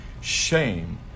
Shame